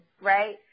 right